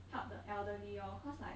help the elderly lor cause like